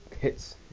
hits